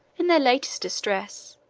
in their last distress,